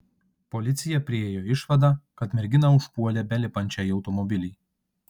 policija priėjo išvadą kad merginą užpuolė belipančią į automobilį